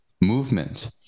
movement